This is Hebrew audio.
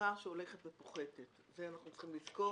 קבוצה שהולכת ופוחתת, את זה אנחנו צריכים לזכור.